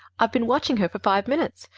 i've been watching her for five minutes.